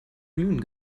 glühen